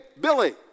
Billy